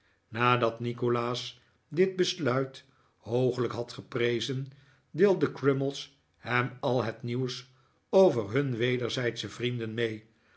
nadat nikolaas dit besluit hoogelijk had geprezen deelde crummies hem al het nieuws over nun wederzijdsche vrienden mee